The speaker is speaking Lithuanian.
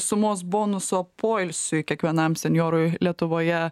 sumos bonuso poilsiui kiekvienam senjorui lietuvoje